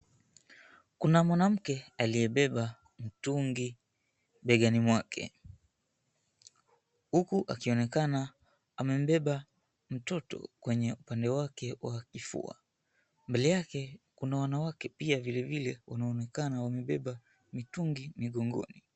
Kuna mwanamke aliyebeba tungi begani mwake, huku akionekana amembeba mtoto kwenye upande wake wa kifua. Mbele yake kuna wanawake pia vilevile wanaonekana wamebeba mitungi mgongoni.